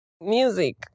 music